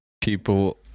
People